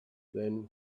then